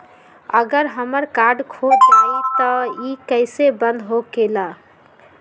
अगर हमर कार्ड खो जाई त इ कईसे बंद होकेला?